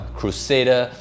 crusader